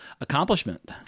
accomplishment